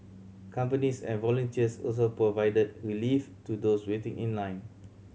companies and volunteers also provided relief to those waiting in line